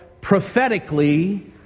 prophetically